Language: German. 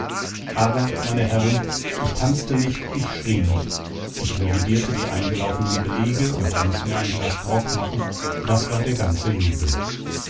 aber meine herren ich tanzte nicht ich schrie nicht ich revidierte die eingelaufenen belege und ließ mir ein glas grog machen das war der ganze jubel